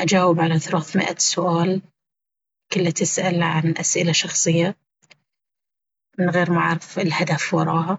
أجاوب على ثلاث مئة سؤال! كل تسأل عن أسئلة شخصية من غير ما أعرف الهدف وراها!